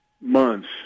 months